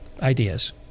ideas